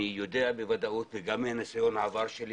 אני יודע בוודאות וגם מניסיון העבר שלי